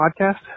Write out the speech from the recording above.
podcast